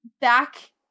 Back